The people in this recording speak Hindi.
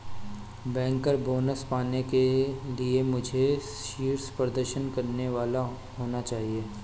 बैंकर बोनस पाने के लिए मुझे शीर्ष प्रदर्शन करने वाला होना चाहिए